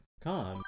come